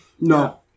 No